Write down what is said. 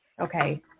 Okay